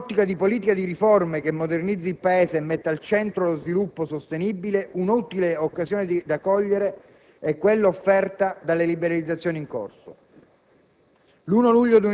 Proprio in un'ottica di politica di riforme che modernizzi il Paese e metta al centro lo sviluppo sostenibile, un' utile occasione da cogliere è quella offerta dalle liberalizzazioni in corso.